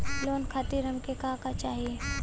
Loan खातीर हमके का का चाही?